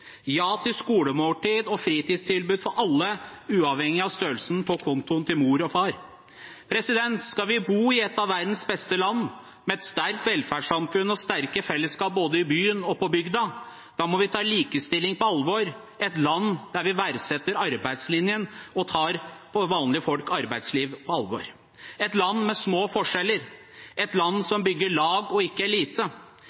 ja til skolemåltid og fritidstilbud for alle uavhengig av størrelsen på kontoen til mor og far. Skal vi bo i et av verdens beste land, med et sterkt velferdssamfunn og sterke fellesskap både i byen og på bygda, må vi ta likestilling på alvor. Det er et land der vi verdsetter arbeidslinjen og tar vanlige folks arbeidsliv på alvor, et land med små forskjeller, et land